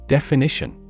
Definition